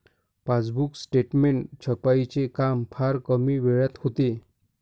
passbook statement छपाईचे काम फार कमी वेळात होते